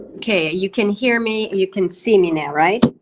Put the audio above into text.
okay, you can hear me, you can see me now, right?